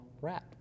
wrap